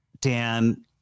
Dan